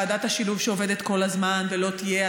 ועדת השילוב שעובדת כל הזמן ולא תהיה,